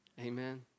Amen